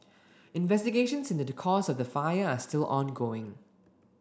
investigations into the cause of the fire are still ongoing